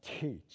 teach